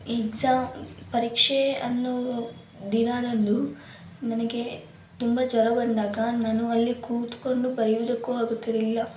exam ಪರೀಕ್ಷೆ ಅನ್ನೋ ದಿನದಂದು ನನಗೆ ತುಂಬ ಜ್ವರ ಬಂದಾಗ ನಾನು ಅಲ್ಲಿ ಕೂತ್ಕೊಂಡು ಬರೆಯುವುದಕ್ಕೂ ಆಗುತ್ತಿರಲಿಲ್ಲ